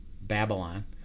Babylon